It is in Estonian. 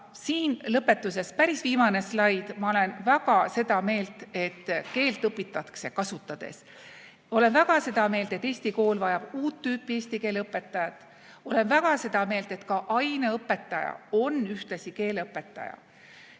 siin lõpetuseks päris viimane slaid. Ma olen väga seda meelt, et keelt õpitakse kasutades. Olen väga seda meelt, et eesti kool vajab uut tüüpi eesti keele õpetajat. Olen väga seda meelt, et ka aineõpetaja on ühtlasi keeleõpetaja.